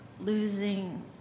losing